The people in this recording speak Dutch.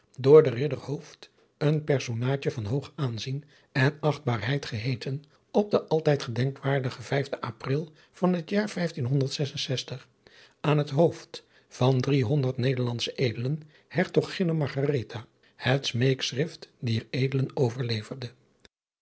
door den ridder hooft een personaadje van hoog aanzien en achtbaarheid geheeten op den altijd gedenkwaardigen vijfden pril van het jaar aan het hoofd van drie honderd nederlandsche edelen hertoginne margaretha het smeekschrift dier edelen overleverde